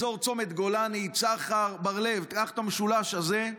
אזור צומת גולני, צחר, בר לב, קח את המשולש הזה,